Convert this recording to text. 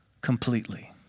Completely